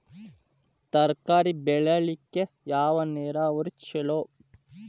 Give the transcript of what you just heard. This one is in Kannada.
ತರಕಾರಿ ಬೆಳಿಲಿಕ್ಕ ಯಾವ ನೇರಾವರಿ ಛಲೋ?